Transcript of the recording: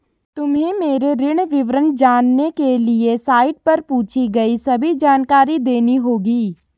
तुम्हें मेरे ऋण विवरण जानने के लिए साइट पर पूछी गई सभी जानकारी देनी होगी